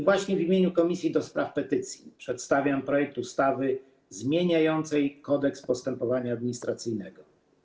W imieniu Komisji do Spraw Petycji przedstawiam projekt ustawy zmieniającej Kodeks postępowania administracyjnego.